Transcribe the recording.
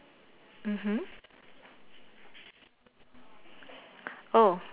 mmhmm oh